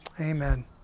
Amen